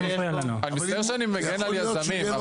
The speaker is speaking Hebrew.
אני מצטער שאני מגן על יזמים,